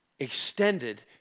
Extended